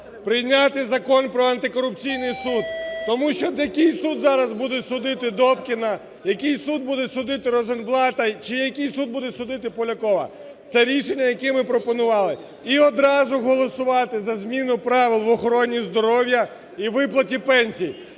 прийняти Закон про Антикорупційний суд. Тому що який суд зараз буде судити Добкіна, який суд буде судити Розенблата чи який суд буде судити Полякова? Це рішення, які ми пропонували. І одразу голосувати за зміну правил в охороні здоров'я і виплаті пенсій.